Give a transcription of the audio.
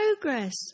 progress